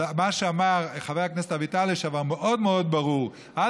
אבל מה שאמר חבר הכנסת לשעבר אביטל מאוד מאוד ברור: אל